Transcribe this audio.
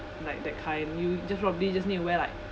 like that kind you just probably just need to wear like